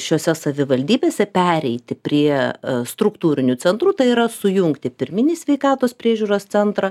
šiose savivaldybėse pereiti prie struktūrinių centrų tai yra sujungti pirminį sveikatos priežiūros centrą